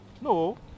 No